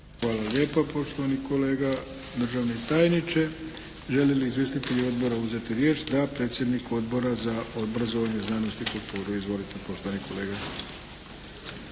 Hvala lijepa poštovani kolega državni tajniče. Žele li izvjestitelji odbora uzeti riječ? Da. Predsjednik Odbora za obrazovanje, znanost i kulturu. Izvolite poštovani kolega.